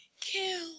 Kill